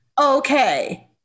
Okay